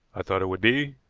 i thought it would be,